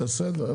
בסדר.